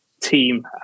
team